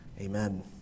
Amen